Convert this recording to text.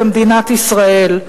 במדינת ישראל,